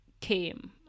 came